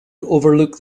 overlook